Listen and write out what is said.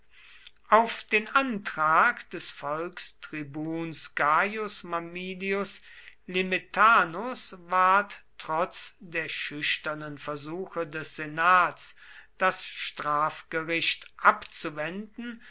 auf den antrag des volkstribuns gaius mamilius limetanus ward trotz der schüchternen versuche des senats das strafgericht abzuwenden